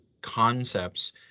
concepts